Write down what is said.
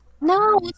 No